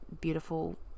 beautiful